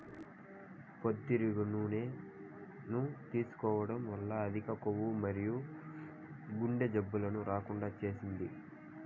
పొద్దుతిరుగుడు నూనెను తీసుకోవడం వల్ల అధిక కొవ్వు మరియు గుండె జబ్బులను రాకుండా చేస్తాది